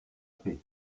fait